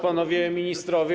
Panowie Ministrowie!